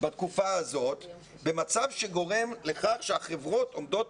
בתקופה הזאת במצב שגורם לכך שהחברות עומדות